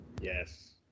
Yes